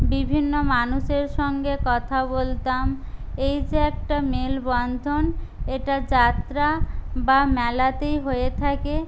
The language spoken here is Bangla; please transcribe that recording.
বিভিন্ন মানুষের সঙ্গে কথা বলতাম এই যে একটা মেলবন্ধন এটা যাত্রা বা মেলাতেই হয়ে থাকে